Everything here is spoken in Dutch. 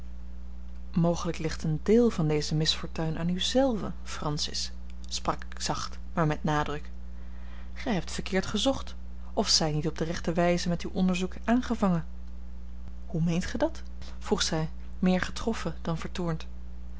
mogelijk ligt een deel van deze misfortuin aan u zelve francis sprak ik zacht maar met nadruk gij hebt verkeerd gezocht of zijt niet op de rechte wijze met uw onderzoek aangevangen hoe meent gij dat vroeg zij meer getroffen dan vertoornd